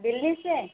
दिल्ली से